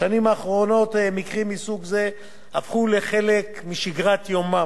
בשנים האחרונות מקרים מסוג זה הפכו לחלק משגרת יומם